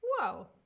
whoa